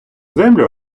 землю